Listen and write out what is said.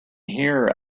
hear